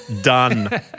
done